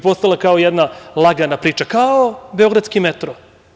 To je postala kao jedna lagana priča, kao beogradski metro.